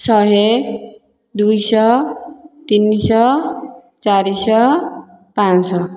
ଶହେ ଦୁଇ ଶହ ତିନି ଶହ ଚାରି ଶହ ପାଞ୍ଚ ଶହ